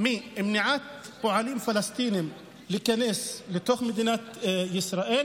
ממניעת כניסה של פועלים פלסטינים לתוך מדינת ישראל.